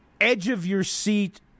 edge-of-your-seat